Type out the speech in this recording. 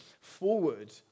forward